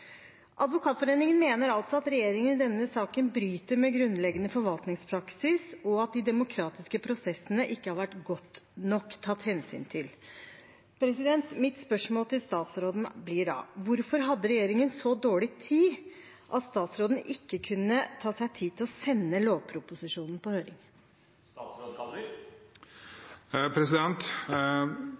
Advokatforeningen mener altså at regjeringen i denne saken bryter med grunnleggende forvaltningspraksis, og at de demokratiske prosessene ikke har vært tatt godt nok hensyn til. Mitt spørsmål til statsråden blir da: Hvorfor hadde regjeringen så dårlig tid at statsråden ikke kunne ta seg tid til å sende lovproposisjonen på høring?